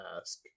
ask